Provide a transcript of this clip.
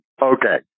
Okay